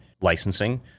licensing